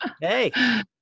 Hey